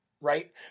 right